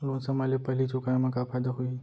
Loan समय ले पहिली चुकाए मा का फायदा होही?